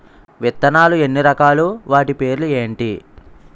విత్తనాలు ఎన్ని రకాలు, వాటి పేర్లు ఏంటి?